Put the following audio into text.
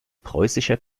preußischer